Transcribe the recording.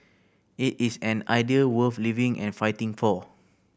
it is an idea worth living and fighting for